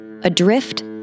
Adrift